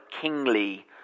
kingly